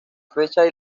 fecha